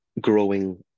growing